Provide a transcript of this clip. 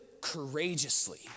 courageously